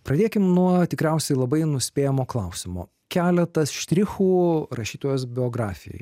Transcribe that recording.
pradėkim nuo tikriausiai labai nuspėjamo klausimo keletas štrichų rašytojos biografijoj